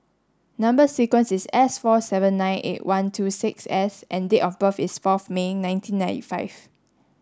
number sequence is S four seven nine eight one two six S and date of birth is forth May nineteen ninety five